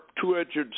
two-edged